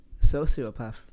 Sociopath